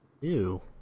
Ew